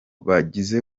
bagize